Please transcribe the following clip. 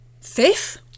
fifth